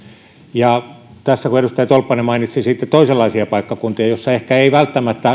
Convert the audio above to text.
ja tässä kun edustaja tolppanen mainitsi sitten toisenlaisia paikkakuntia joissa ehkä ei välttämättä